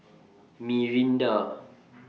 Mirinda